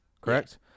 correct